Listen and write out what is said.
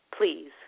Please